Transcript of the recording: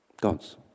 God's